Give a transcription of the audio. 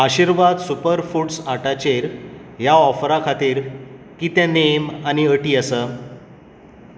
आशिर्वाद super foods आटाचेर ह्या ऑफरा खातीर कितें नेम आनी अटी आसात